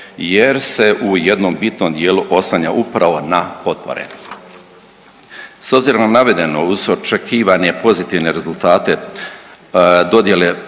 jer se u jednom bitnom dijelu oslanja upravo na potpore.